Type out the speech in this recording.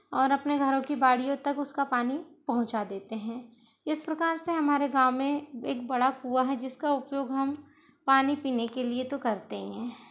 और अपने घरों की बाड़ियों तक उसका पानी पहुँचा देते हैं इस प्रकार से हमारे गाँव में एक बड़ा कुंआ हैं जिसका उपयोग हम पानी पीने के लिए तो करते ही हैं